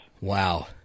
Wow